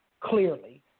clearly